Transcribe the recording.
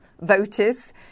voters